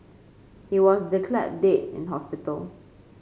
he was declared dead in hospital